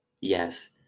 yes